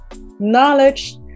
knowledge